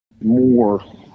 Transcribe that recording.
more